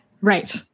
Right